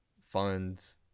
funds